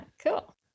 Cool